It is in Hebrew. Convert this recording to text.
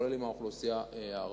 גם עם האוכלוסייה הערבית.